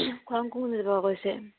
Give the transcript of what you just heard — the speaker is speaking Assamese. খোৱাং কোন জেগাৰ পৰা কৈছে